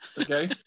Okay